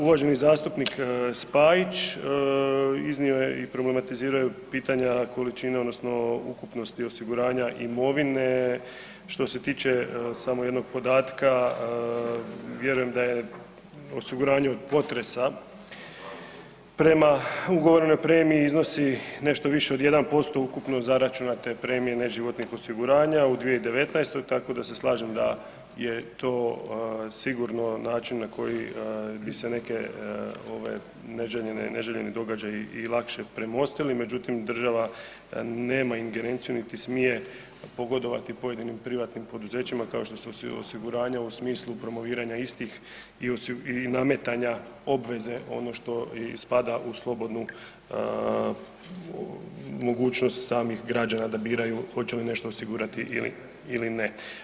Uvaženi zastupnik Spajić iznio je problematizirao je pitanja količine odnosno ukupnosti osiguranja imovine, što se tiče samo jednog podatka, vjerujem da je osiguranje od potresa prema ugovorenoj premiji iznosi nešto više od 1% ukupno zaračunate premije neživotnih osiguranja u 2019., tako da se slažem da je to sigurno način na koji bi se neki ovi neželjeni događaji i lakše premostili međutim država nema ingerenciju niti smije pogodovati pojedini privatnim poduzećima kao što su osiguranja u smislu promoviranja istih i nametanja obveze, ono što i spada u slobodnu mogućnost samih građana da biraju hoće li nešto osigurati ili ne.